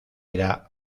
era